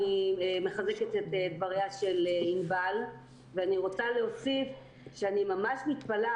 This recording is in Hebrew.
אני מחזקת את דבריה של ענבל ואני רוצה להוסיף שאני ממש מתפלאת